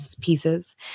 pieces